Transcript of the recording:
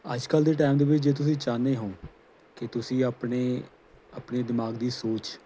ਅੱਜ ਕੱਲ੍ਹ ਦੇ ਟਾਈਮ ਦੇ ਵਿੱਚ ਜੇ ਤੁਸੀਂ ਚਾਹੁੰਦੇ ਹੋ ਕਿ ਤੁਸੀਂ ਆਪਣੇ ਆਪਣੇ ਦਿਮਾਗ ਦੀ ਸੋਚ